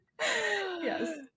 Yes